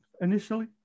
initially